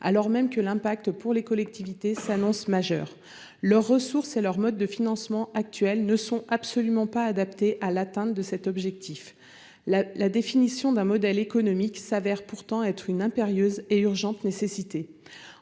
alors même que l'impact pour les collectivités s'annonce majeur. Leurs ressources et leurs modes de financement actuels ne sont absolument pas adaptés à l'atteinte de cet objectif. La définition d'un modèle économique s'avère ainsi d'une impérieuse et urgente nécessité.